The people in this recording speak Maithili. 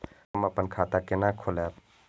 हम अपन खाता केना खोलैब?